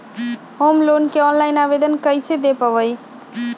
Home loan के ऑनलाइन आवेदन कैसे दें पवई?